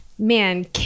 Man